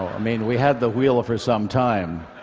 i mean, we had the wheel for some time.